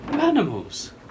Animals